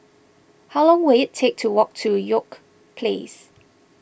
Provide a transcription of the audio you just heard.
how long will it take to walk to York Place